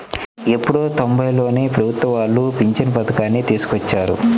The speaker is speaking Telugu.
ఎప్పుడో తొంబైలలోనే ప్రభుత్వం వాళ్ళు పింఛను పథకాన్ని తీసుకొచ్చారు